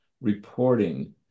reporting